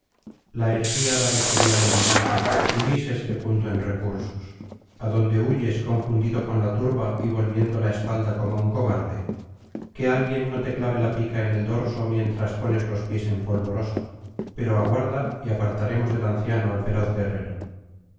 la artillada de jovial linaje ulises fecundo en recursos adón de huyes confundido con la turba y volviendo la espalda como un cobarde que alguien no te clave la pica en el dorso mientras pones los pies en polvorosa pero aguarda y apartaremos del anciano al feroz guerrero